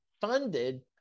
funded